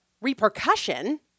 repercussion